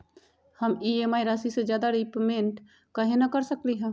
हम ई.एम.आई राशि से ज्यादा रीपेमेंट कहे न कर सकलि ह?